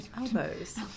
elbows